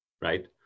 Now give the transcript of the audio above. right